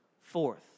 Fourth